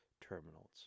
terminals